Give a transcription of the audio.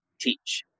teach